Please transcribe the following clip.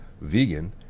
vegan